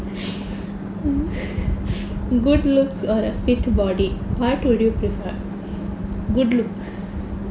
good looks or a fit body what would you prefer good looks